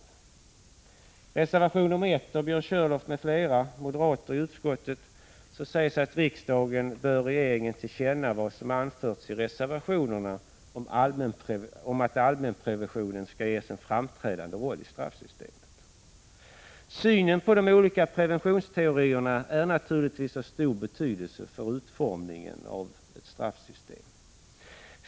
I reservation 1 av Björn Körlof m.fl. moderater i utskottet sägs att riksdagen bör ge regeringen till känna vad som anförts i reservationen om att allmänpreventionen skall ges en framträdande roll i straffsystemet. Synen på de olika preventionsteorierna är naturligtvis av stor betydelse för utformningen av ett straffsystem.